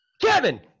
Kevin